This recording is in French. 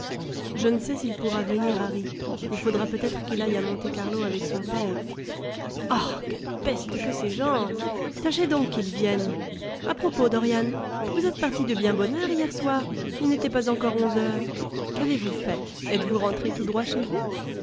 je ne sais s'il pourra venir harry il faudra peut-être qu'il aille à monte-carlo avec son père ah quelle peste que ces gens tâchez donc qu'il vienne a propos dorian vous êtes parti de bien bonne heure hier soir il n'était pas encore onze heures qu'avez-vous fait etes-vous rentré tout droit chez vous